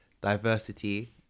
diversity